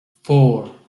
four